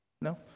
No